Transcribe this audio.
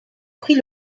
prit